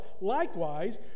likewise